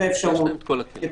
את האפשרות,